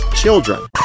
children